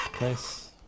nice